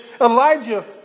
Elijah